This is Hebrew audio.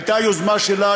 הייתה יוזמה שלה,